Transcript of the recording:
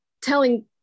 telling